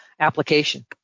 application